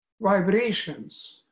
Vibrations